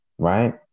Right